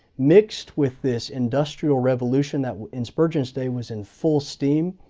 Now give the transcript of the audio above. mixed with this industrial revolution, that in spurgeon's day was in full steam.